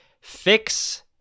fix